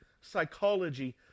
psychology